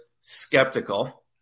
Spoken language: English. skeptical